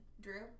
Drew